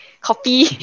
copy